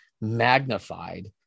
magnified